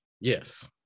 yes